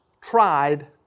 tried